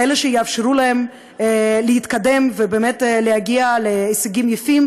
כאלה שיאפשרו להם להתקדם ובאמת להגיע להישגים יפים,